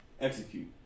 execute